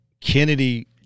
Kennedy